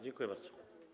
Dziękuję bardzo.